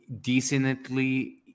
decently